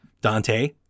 Dante